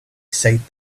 said